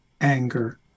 anger